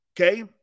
Okay